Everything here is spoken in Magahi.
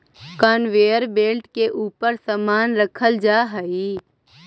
कनवेयर बेल्ट के ऊपर समान रखल जा हई